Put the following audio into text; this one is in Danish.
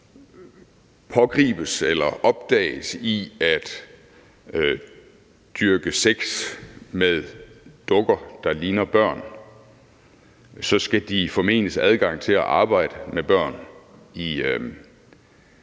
pågribes eller opdages i at dyrke sex med dukker, der ligner børn, så skal de formenes adgang til at arbejde med børn i